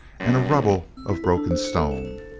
and a rubble of broken stone.